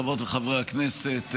חברות וחברי הכנסת,